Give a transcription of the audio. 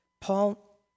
Paul